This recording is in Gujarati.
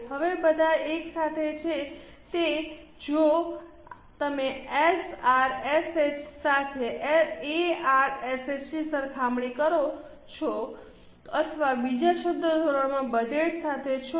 હવે બધા એક સાથે તે છે કે જો તમે એઆરએસએચ સાથે એસઆરએસએચની સરખામણી કરો છો અથવા બીજા શબ્દ ધોરણમાં બજેટ સાથે છો